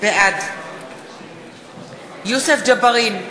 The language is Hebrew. בעד יוסף ג'בארין,